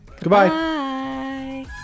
Goodbye